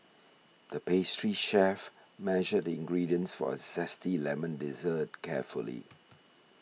the pastry chef measured the ingredients for a Zesty Lemon Dessert carefully